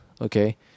okay